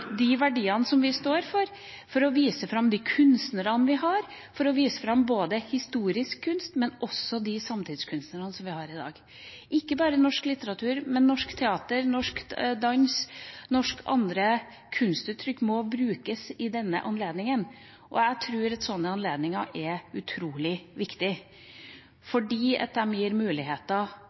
de kunstnerne vi har, for å vise fram både historisk kunst og de samtidskunstnerne vi har i dag. Ikke bare norsk litteratur, men norsk teater, norsk dans og andre kunstuttrykk må brukes ved denne anledningen. Jeg tror at slike anledninger er utrolig